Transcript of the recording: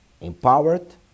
empowered